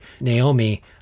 Naomi